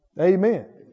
Amen